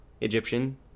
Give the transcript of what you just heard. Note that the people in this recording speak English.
Egyptian